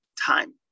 time